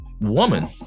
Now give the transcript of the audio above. woman